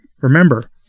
Remember